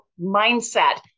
mindset